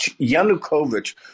Yanukovych